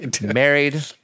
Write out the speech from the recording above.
Married